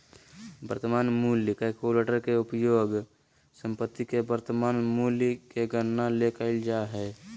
वर्तमान मूल्य कलकुलेटर के उपयोग संपत्ति के वर्तमान मूल्य के गणना ले कइल जा हइ